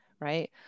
right